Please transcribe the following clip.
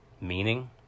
meaning